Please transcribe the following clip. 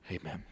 Amen